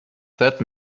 that